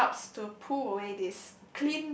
uh helps to pull away this